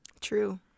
True